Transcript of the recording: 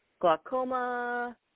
glaucoma